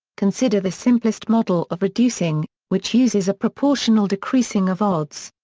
consider the simplest model of reducing, which uses a proportional decreasing of odds.